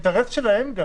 זה גם אינטרס שלהם.